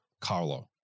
Carlo